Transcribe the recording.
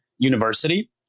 university